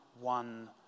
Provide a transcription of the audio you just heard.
one